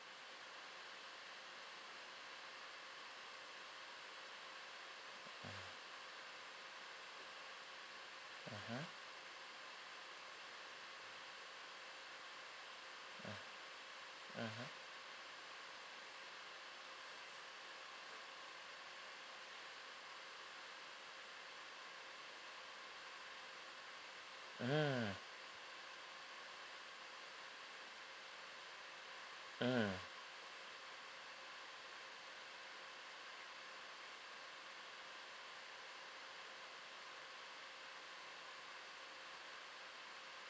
mmhmm) mm mmhmm mm mm